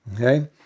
Okay